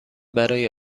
برای